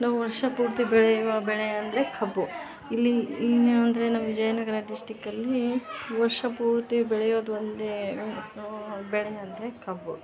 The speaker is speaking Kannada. ನಾವು ವರ್ಷ ಪೂರ್ತಿ ಬೆಳೆಯುವ ಬೆಳೆ ಅಂದರೆ ಕಬ್ಬು ಇಲ್ಲಿ ಇನ್ನು ಅಂದರೆ ನಮ್ಮ ವಿಜಯನಗರ ಡಿಸ್ಟಿಕ್ಕಲ್ಲಿ ವರ್ಷ ಪೂರ್ತಿ ಬೆಳೆಯೋದು ಒಂದೇ ಬೆಳೆಯಂದರೆ ಕಬ್ಬು